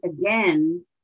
again